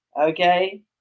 okay